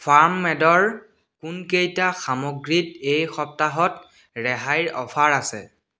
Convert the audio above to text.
farm মেডৰ কোনকেইটা সামগ্ৰীত এই সপ্তাহত ৰেহাইৰ অ'ফাৰ আছে